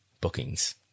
bookings